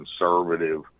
conservative